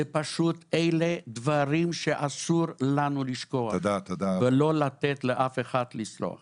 אלה דברים שאסור לנו לשכוח ולא לתת לאף אחד לסלוח.